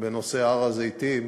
בנושא הר-הזיתים,